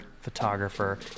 photographer